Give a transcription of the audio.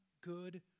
good